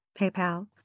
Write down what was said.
PayPal